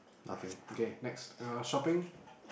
nothing okay next uh shopping